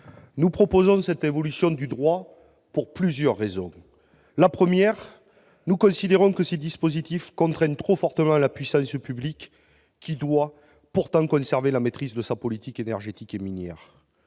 Nous proposons cette évolution du droit pour plusieurs raisons. Tout d'abord, nous considérons que ces dispositifs contraignent trop fortement la puissance publique, qui doit conserver la maîtrise de sa politique énergétique et minière.